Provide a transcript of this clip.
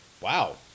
Wow